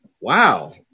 Wow